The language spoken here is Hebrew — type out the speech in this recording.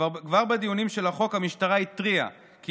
כבר בדיונים של החוק המשטרה התריעה כי